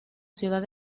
ciudad